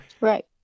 Right